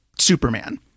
superman